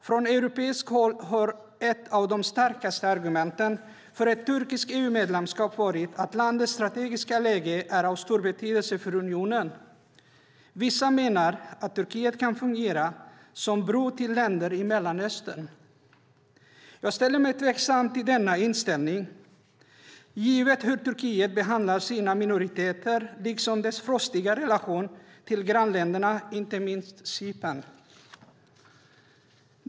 Från europeiskt håll har ett av de starkaste argumenten för ett turkiskt EU-medlemskap varit att landets strategiska läge är av stor betydelse för unionen. Vissa menar att Turkiet kan fungera som bro till länder i Mellanöstern. Jag ställer mig tveksam till denna inställning givet hur Turkiet behandlar sina minoriteter liksom dess frostiga relationer till grannländerna, inte minst till Cypern.